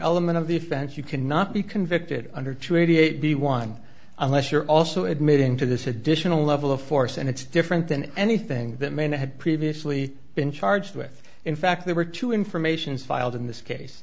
element of the offense you cannot be convicted under two eighty eight be one unless you're also admitting to this additional level of force and it's different than anything that man had previously been charged with in fact there were two informations filed in this case